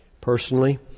Personally